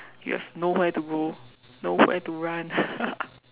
you have nowhere to go nowhere to run